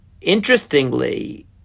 Interestingly